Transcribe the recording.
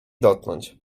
dotknąć